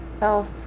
else